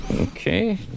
Okay